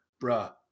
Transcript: bruh